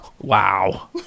Wow